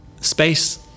space